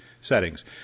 settings